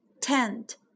tent